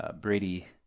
Brady